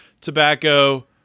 tobacco